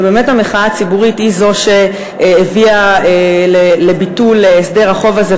ובאמת המחאה הציבורית היא שהביאה לביטול הסדר החוב הזה,